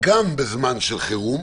גם בזמן של חירום.